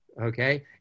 Okay